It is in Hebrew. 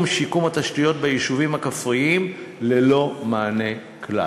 שיקום התשתיות ביישובים הכפריים ללא מענה כלל.